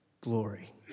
Glory